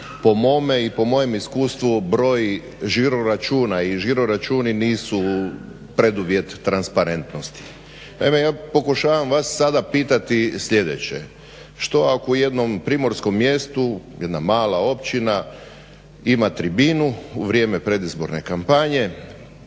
po mome i po mojem iskustvu broj žiro računa i žiro računi nisu preduvjet transparentnosti. Naime, ja pokušavam vas sada pitati sljedeće, što ako u jednom primorskom mjestu, jedna mala općina ima tribinu u vrijeme predizborne kampanje,